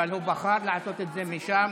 אבל הוא בחר לעשות את זה משם.